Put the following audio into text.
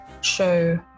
show